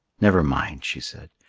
never mind, she said,